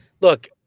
look